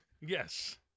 yes